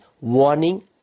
warning